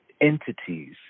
entities